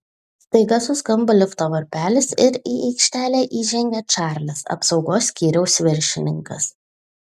staiga suskambo lifto varpelis ir į aikštelę įžengė čarlis apsaugos skyriaus viršininkas